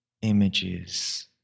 Images